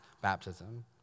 baptism